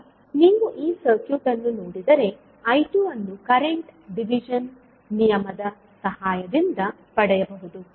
ಈಗ ನೀವು ಈ ಸರ್ಕ್ಯೂಟ್ ಅನ್ನು ನೋಡಿದರೆ I2 ಅನ್ನು ಕರೆಂಟ್ ಡಿವಿಜನ್ ನಿಯಮದ ಸಹಾಯದಿಂದ ಪಡೆಯಬಹುದು